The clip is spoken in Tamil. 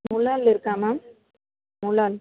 முளால் இருக்கா மேம் முளால்